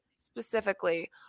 Specifically